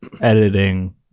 editing